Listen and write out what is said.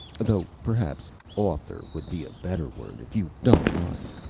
though perhaps author would be a better word, if you don't mind.